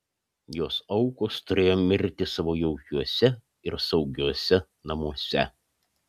jos aukos turėjo mirti savo jaukiuose ir saugiuose namuose